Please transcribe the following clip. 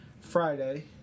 Friday